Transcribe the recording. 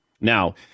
Now